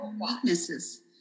weaknesses